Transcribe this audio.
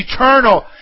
eternal